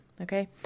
Okay